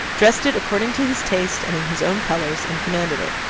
dressed it according to his taste and in his own colours, and commanded it.